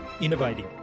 innovating